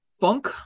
funk